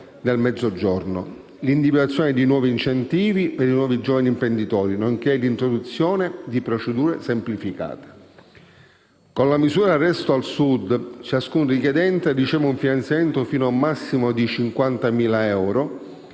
promuovere l'individuazione di nuovi incentivi per i nuovi giovani imprenditori e l'introduzione di procedure semplificate. Con la misura «Resto al Sud» ciascun richiedente riceve un finanziamento fino a un massimo di 50.000 euro,